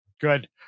Good